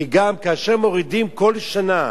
כי גם כאשר מורידים כל שנה,